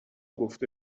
گفته